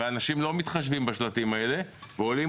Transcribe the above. אנשים לא מתחשבים בשלטים האלה ועולים